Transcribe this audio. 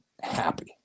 happy